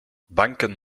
banken